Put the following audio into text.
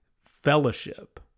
fellowship